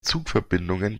zugverbindungen